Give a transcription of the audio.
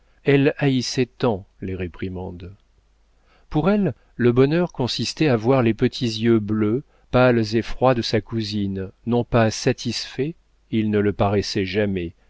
elle haïssait tant les réprimandes pour elle le bonheur consistait à voir les petits yeux bleus pâles et froids de sa cousine non pas satisfaits ils ne le paraissaient jamais